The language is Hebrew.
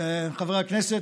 חברי הכנסת,